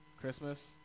Christmas